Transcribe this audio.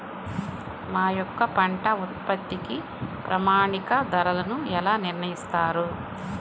మా యొక్క పంట ఉత్పత్తికి ప్రామాణిక ధరలను ఎలా నిర్ణయిస్తారు?